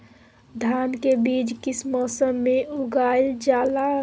धान के बीज किस मौसम में उगाईल जाला?